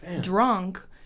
drunk